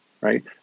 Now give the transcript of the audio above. right